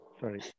sorry